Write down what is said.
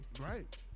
Right